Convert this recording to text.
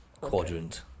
quadrant